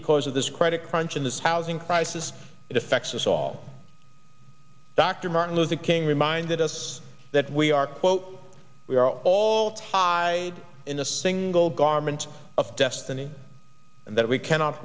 because of this credit crunch in this housing crisis that affects us all dr martin luther king reminded us that we are quote we are all high in a single garment of destiny and that we cannot